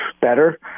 better